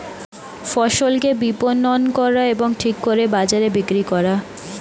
ফসলকে বিপণন করা এবং ঠিক দরে বাজারে বিক্রি করা